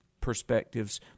perspectives